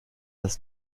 das